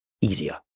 easier